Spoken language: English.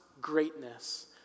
greatness